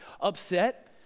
upset